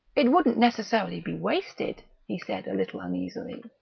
it wouldn't necessarily be wasted, he said a little uneasily.